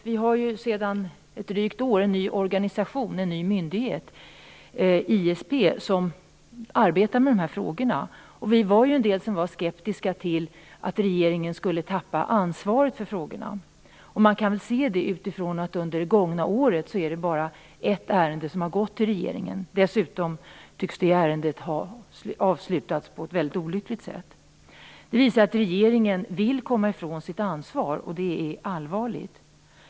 Vi har sedan ett drygt år en ny organisation, en ny myndighet, ISP, Inspektionen för strategiska produkter, som arbetar med dessa frågor. Vi var flera som var skeptiska till att regeringen skulle förlora ansvaret för frågorna. Man kan väl se detta utifrån att det under det gångna året bara är ett ärende som har gått till regeringen. Dessutom tycks det ärendet ha avslutats på ett väldigt olyckligt sätt. Det visar att regeringen vill komma ifrån sitt ansvar. Och det är allvarligt.